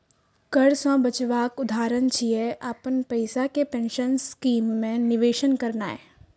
कर सं बचावक उदाहरण छियै, अपन पैसा कें पेंशन स्कीम मे निवेश करनाय